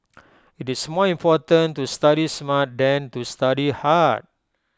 IT is more important to study smart than to study hard